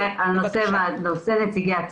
גם אם בסוף מוצאים נציגים ראויים ואני לא מפקפק,